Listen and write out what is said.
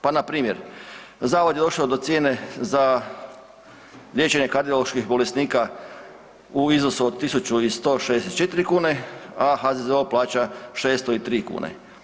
Pa npr. zavod je došao do cijene za liječenje kardioloških bolesnika u iznosu od 1.164 kune, a HZZO plaća 603 kune.